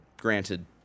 granted